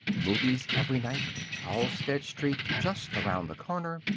movies every night. halsted street just around the corner.